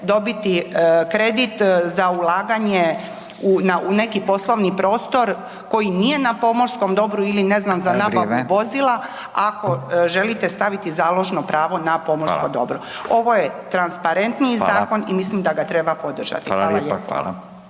dobiti kredit za ulaganje u neki poslovni prostor koji nije na pomorskom dobru ili ne znam za nabavu dozvolu ako želite staviti založno pravo na pomorsko dobro. Ovo je transparentniji zakon i mislim da ga treba podržati. Hvala lijepa.